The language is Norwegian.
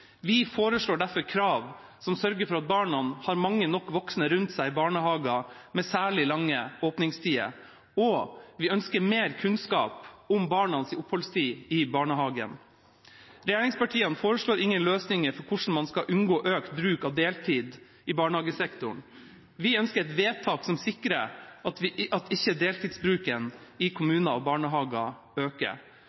Vi foreslår derfor krav som sørger for at barna har mange nok voksne rundt seg i barnehager med særlig lange åpningstider, og vi ønsker også mer kunnskap om barnas oppholdstid i barnehagen. Regjeringspartiene foreslår ingen løsninger for hvordan man skal unngå økt bruk av deltid i barnehagesektoren. Vi ønsker et vedtak som sikrer at ikke deltidsbruken i